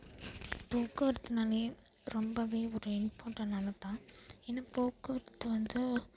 போக்குவரத்துனாலே ரொம்பவே ஒரு இம்பார்டண்ட் ஆனது தான் ஏன்னா போக்குவரத்து வந்து